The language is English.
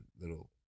little